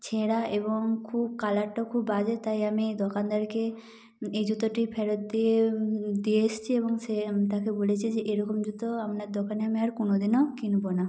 ছেঁড়া এবং খুব কালারটাও খুব বাজে তাই আমি দোকানদারকে এই জুতোটি ফেরত দিয়ে দিয়ে এসছি এবং সে তাকে বলেছি যে এরকম জুতো আপনার দোকানে আমি আর কোনোদিনো কিনবো না